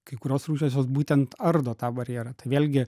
kai kurios rūšys jos būtent ardo tą barjerą tai vėlgi